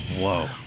Whoa